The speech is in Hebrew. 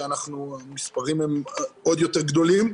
שהמספרים הם עוד יותר גדולים.